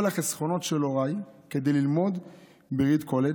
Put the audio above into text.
החסכונות של הוריי כדי ללמוד בריד קולג',